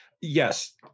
Yes